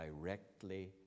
directly